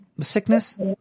sickness